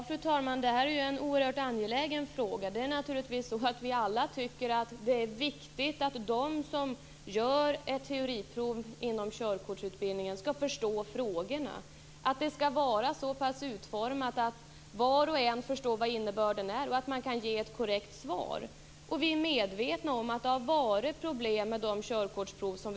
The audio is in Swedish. Fru talman! Detta är en oerhört angelägen fråga. Vi tycker naturligtvis alla att det är viktigt att de som genomgår ett teoriprov skall förstå frågorna. De skall vara så pass klart utformade att var och en kan förstå innebörden och ge ett korrekt svar. Vi är medvetna om att det har varit problem med körkortsproven.